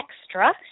extra